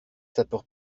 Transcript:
sapeurs